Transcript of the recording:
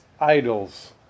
idols